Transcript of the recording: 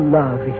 love